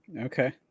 okay